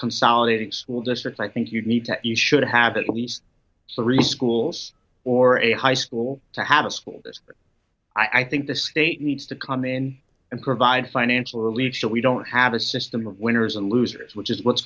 consolidating school districts i think you need to you should have at least three schools or a high school to have a school this i think the state needs to come in and provide financial relief so we don't have a system of winners and losers which is what's